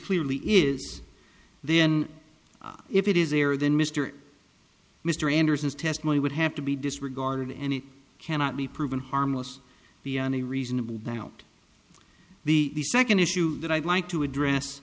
clearly is then if it is there than mr mr anderson's testimony would have to be disregarded and it cannot be proven harmless beyond a reasonable doubt the second issue that i'd like to address